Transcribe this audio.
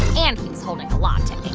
and he was holding a latte